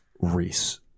Reese